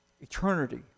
eternity